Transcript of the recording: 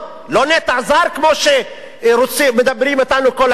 לא נטע זר כמו שמדברים אתנו כל היום,